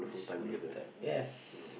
it's wonderful time yes